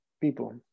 people